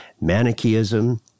Manichaeism